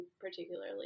particularly